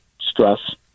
stress